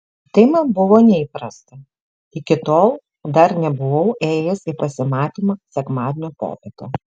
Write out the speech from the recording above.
tai man buvo neįprasta iki tol dar nebuvau ėjęs į pasimatymą sekmadienio popietę